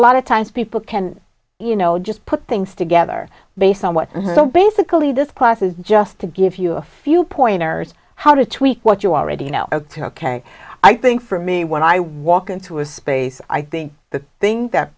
lot of times people can you know just put things together based on what so basically this class is just to give you a few pointers how to tweak what you already know ok i think for me when i walk into a space i think the thing that